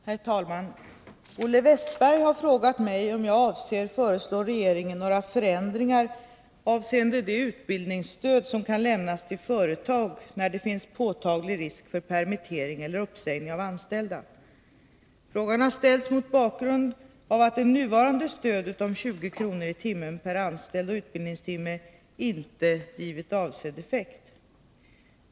Herr talman! Olle Westberg har frågat mig om jag avser föreslå regeringen några förändringar avseende det utbildningsstöd som kan lämnas till företag när det finns påtaglig risk för permittering eller uppsägning av anställda. Frågan har ställts mot bakgrund av att det nuvarande stödet om 20 kr per anställd och utbildningstimme inte har givit avsedd effekt.